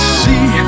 see